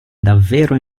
davvero